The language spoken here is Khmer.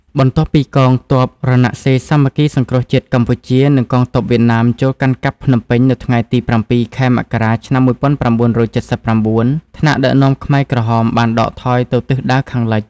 បន្ទាប់ពីកងទ័ពរណសិរ្សសាមគ្គីសង្គ្រោះជាតិកម្ពុជា និងកងទ័ពវៀតណាមចូលកាន់កាប់ភ្នំពេញនៅថ្ងៃទី៧ ខែមករា ឆ្នាំ១៩៧៩ ថ្នាក់ដឹកនាំខ្មែរក្រហមបានដកថយទៅទិសដៅខាងលិច។